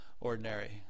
ordinary